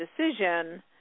decision